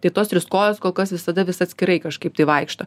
tai tos trys kojos kol kas visada vis atskirai kažkaip tai vaikšto